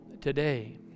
today